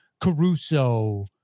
Caruso